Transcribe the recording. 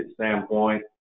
standpoint